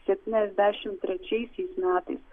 septyniasdešimt trečiaisiais metais